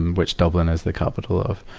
and which dublin is the capital of.